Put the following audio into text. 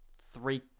three